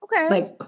Okay